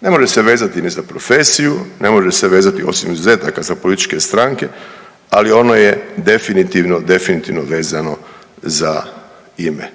ne može se vezati ni za profesiji, ne može se vezati osim izuzetaka za političke stranke, ali ono je definitivno, definitivno vezano za ime.